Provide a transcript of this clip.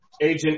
agent